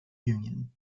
union